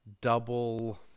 double